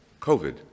COVID